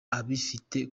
abifite